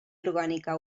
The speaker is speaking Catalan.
orgànica